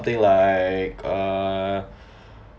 they like err